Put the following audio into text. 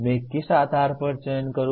मैं किस आधार पर चयन करूं